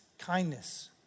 Kindness